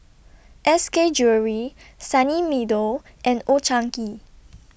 S K Jewellery Sunny Meadow and Old Chang Kee